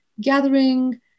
gathering